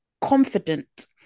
confident